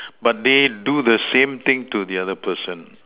but they do the same thing to the other person